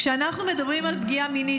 כשאנחנו מדברים על פגיעה מינית,